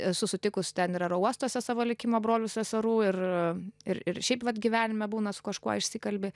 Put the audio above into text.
esu sutikus ten ir aerouostuose savo likimo brolių seserų ir a ir ir šiaip vat gyvenime būna su kažkuo išsikalbi